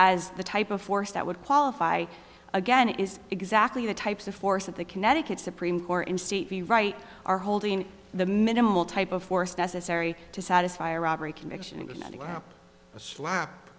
as the type of force that would qualify again it is exactly the types of force that the connecticut supreme court in c v right are holding the minimal type of force necessary to satisfy a robbery conviction